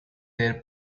their